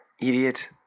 Idiot